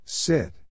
Sit